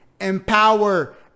empower